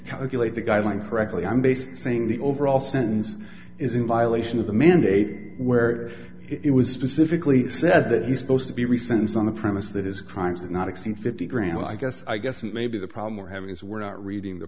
calculate the guidelines correctly i'm basically saying the overall sense is in violation of the mandate where it was specifically said that he's supposed to be resentenced on the premise that his crimes not exceed fifty grams i guess i guess maybe the problem we're having is we're not reading the